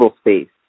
space